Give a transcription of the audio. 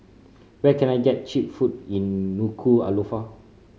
where can I get cheap food in Nuku'alofa